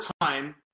time